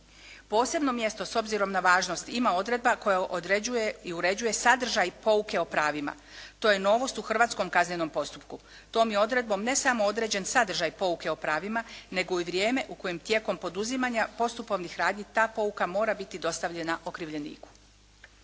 Posebno mjesto s obzirom na važnost ima odredba koja određuje i uređuje sadržaj i pouke u pravima. To je novost u hrvatskom kaznenom postupku. Tom je odredbom ne samo određen sadržaj pouke o pravima nego i vrijeme u kojem tijekom poduzimanja postupovnih radnji ta pouka mora biti dostavljena okrivljeniku.